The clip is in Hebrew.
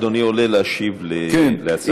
אדוני עולה להשיב על הצעה מוצמדת,